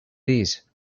these